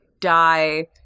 die